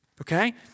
okay